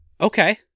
Okay